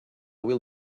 will